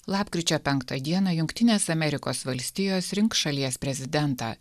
lapkričio penktą dieną jungtinės amerikos valstijos rinks šalies prezidentą